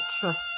trust